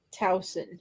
Towson